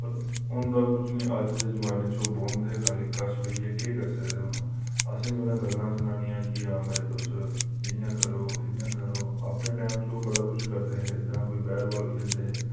पर होंदा किश निं अज्ज दे जमाने च ओह् बौहंदे खाल्ली कश बेहियै केह् करी सकदे हून असेंगी उ'नें गल्लां सनानियां कि आं भई तुस इं'या करो इं'या करो अपने टाईम ते ओह् बड़ा किश करदे हे बैट बॉल खेढदे हे